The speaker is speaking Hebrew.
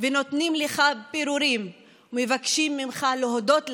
ונותנים לך פירורים ומבקשים ממך להודות להם.